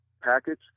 package